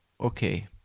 Okay